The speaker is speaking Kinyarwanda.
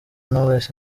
knowles